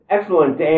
Excellent